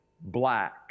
black